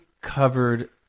covered